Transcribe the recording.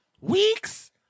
week's